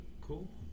cool